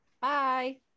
Bye